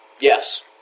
Yes